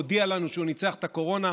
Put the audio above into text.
הודיע לנו שהוא ניצח את הקורונה,